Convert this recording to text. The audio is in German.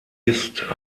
ist